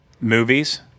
movies